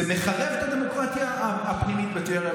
זה מחרב את הדמוקרטיה הפנימית בטבריה,